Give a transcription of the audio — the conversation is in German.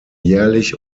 jährlich